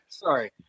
Sorry